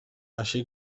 així